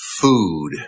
food